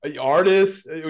artists